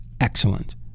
Excellent